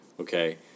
Okay